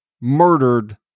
murdered